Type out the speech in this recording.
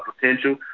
potential